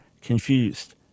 confused